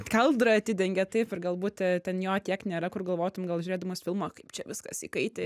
kaldrą atidengia taip ir galbūt ten jo tiek nėra kur galvotum gal žiūrėdamas filmą kaip čia viskas įkaitę